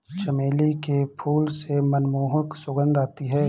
चमेली के फूल से मनमोहक सुगंध आती है